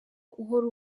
uhora